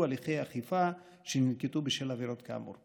הליכי אכיפה שננקטו בשל עבירות כאמור.